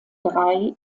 drei